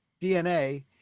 dna